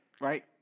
Right